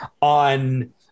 on